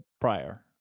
prior